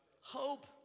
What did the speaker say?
Hope